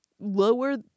lower